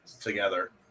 together